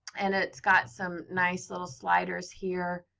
and it's got some nice little sliders here.